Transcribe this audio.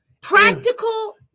Practical